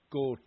go